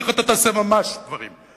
לך אתה תעשה ממש דברים.